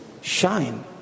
shine